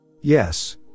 yes